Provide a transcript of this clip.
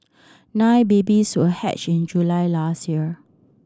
nine babies were hatched in July last year